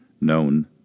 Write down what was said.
known